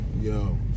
Yo